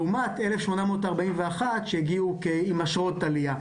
לעומת 1,841 שהגיעו עם אשרות עלייה.